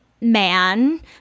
man